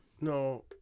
No